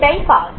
এটাই কাজ